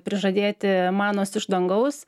prižadėti manos iš dangaus